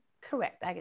correct